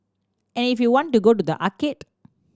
and if you want to go to the arcade